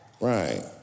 Right